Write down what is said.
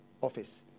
office